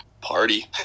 party